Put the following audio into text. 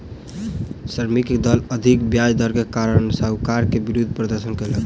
श्रमिकक दल अधिक ब्याज दर के कारण साहूकार के विरुद्ध प्रदर्शन कयलक